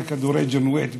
שני כדורי ג'נואט ביום,